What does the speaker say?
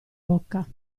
oca